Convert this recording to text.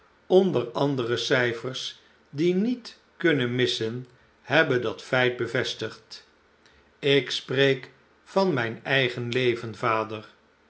onder andere cijfers die niet kunnen missen hebben dat feit bevestigd ik spreek van mijn eigen leven vader